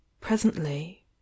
presently